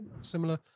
similar